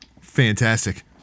Fantastic